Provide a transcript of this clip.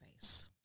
face